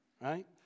Right